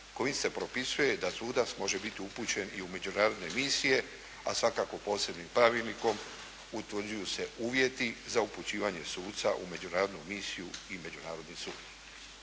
kojim se propisuje da sudac može biti upućen i u međunarodne misije, a svakako posebnim Pravilnikom utvrđuju se uvjeti za upućivanje suca u međunarodnu misiju i međunarodni sud.